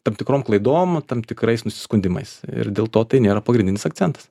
tam tikrom klaidom tam tikrais nusiskundimais ir dėl to tai nėra pagrindinis akcentas